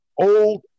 old